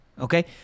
Okay